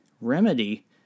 remedy